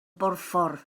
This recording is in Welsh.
borffor